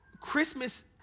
Christmas